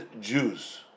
Jews